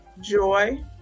joy